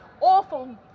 awful